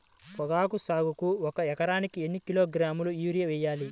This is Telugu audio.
పొగాకు సాగుకు ఒక ఎకరానికి ఎన్ని కిలోగ్రాముల యూరియా వేయాలి?